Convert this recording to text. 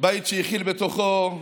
בית שהכיל בתוכו אורחים,